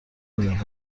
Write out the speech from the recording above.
میرفت